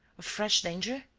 a fresh danger?